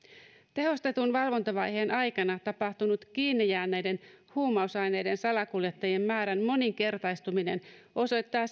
tehostetun valvontavaiheen aikana tapahtunut kiinni jääneiden huumausaineiden salakuljettajien määrän moninkertaistuminen osoittaa